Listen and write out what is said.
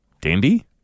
dandy